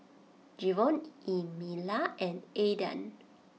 Jevon Emilia and Aydan